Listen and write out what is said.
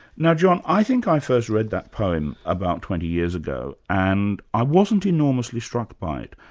now john, i think i first read that poem about twenty years ago, and i wasn't enormously struck by it.